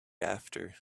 after